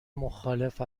مخالف